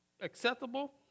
acceptable